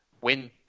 win